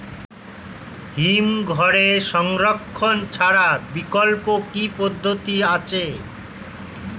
হিমঘরে সংরক্ষণ ছাড়া বিকল্প কি পদ্ধতি আছে?